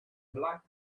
black